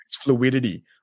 fluidity